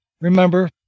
remember